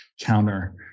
counter